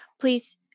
Please